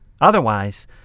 Otherwise